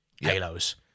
Halos